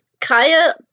Kaya